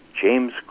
James